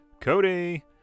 Cody